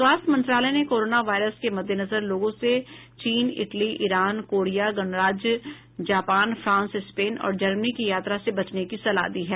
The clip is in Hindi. स्वास्थ्य मंत्रालय ने कोरोना वायरस के मद्देनजर लोगों से चीन इटली ईरान कोरिया गणराज्य जापान फ्रांस स्पेन और जर्मनी की यात्रा से बचने की सलाह दी है